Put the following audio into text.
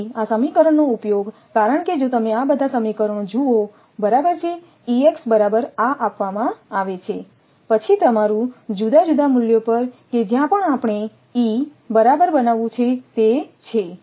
તેથી આ સમીકરણનો ઉપયોગ કારણ કે જો તમે આ બધા સમીકરણો જુઓ બરાબર છે બરાબર આ આપવામાં આવે છે પછી તમારું જુદા જુદા મૂલ્યો પર કે જ્યાં પણ આપણે E બરાબર બનાવવું છે તે છે